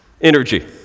Energy